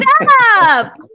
Stop